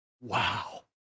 wow